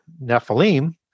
nephilim